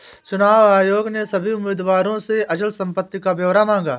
चुनाव आयोग ने सभी उम्मीदवारों से अचल संपत्ति का ब्यौरा मांगा